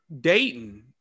Dayton